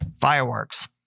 fireworks